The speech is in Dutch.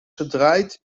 gedraaid